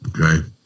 Okay